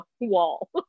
wall